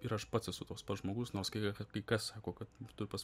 ir aš pats esu toks pat žmogus nors kai kai kas sako kad tu pas